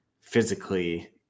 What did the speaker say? physically